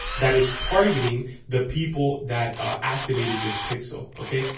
that is targeting the people that are activated this pixel, okay?